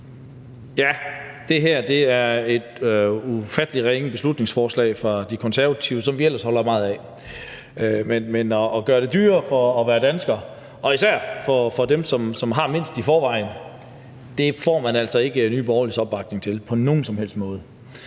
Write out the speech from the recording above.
det. Det her er et ufattelig ringe beslutningsforslag fra De Konservative, som vi ellers holder meget af. Men at gøre det dyrere at være dansker og især for dem, som har mindst i forvejen, får man altså ikke Nye Borgerliges opbakning til på nogen som helst måde.